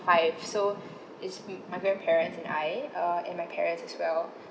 five so is me my grandparents and I uh and my parents as well